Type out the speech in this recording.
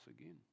again